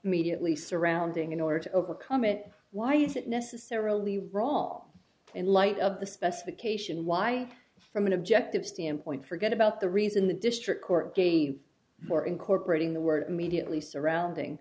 of mediately surrounding in order to overcome it why is it necessarily wrong in light of the specification why from an objective standpoint forget about the reason the district court gave more incorporating the word immediately surrounding